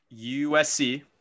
usc